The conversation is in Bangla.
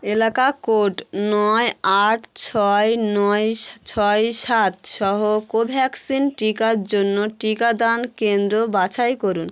এলাকা কোড নয় আট ছয় নয় সা ছয় সাত সহ কোভ্যাক্সিন টিকার জন্য টিকাদান কেন্দ্র বাছাই করুন